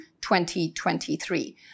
2023